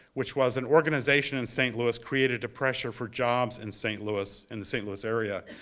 which was an organization in st. louis created to pressure for jobs in st. louis, in the st. louis area.